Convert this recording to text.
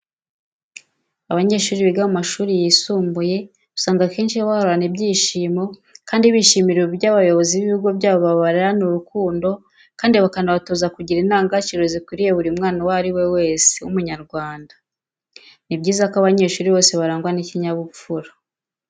Abanyeshuri biga mu mashuri yisumbuye usanga akenshi bahorana ibyishimo kandi bishimira uburyo abayobozi b'ibigo byabo babarerana urukundo kandi bakanabatoza kugira indagagaciro zikwiriye buri mwana uwo ari we wese w'Umunyarwanda. Ni byiza ko abanyeshuri bose barangwa n'ikinyabupfura.